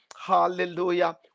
Hallelujah